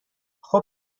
خوب